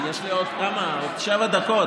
יש לי עוד שבע דקות.